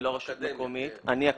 אני לא רשות מקומית, אני אקדמיה,